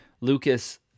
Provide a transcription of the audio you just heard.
Lucas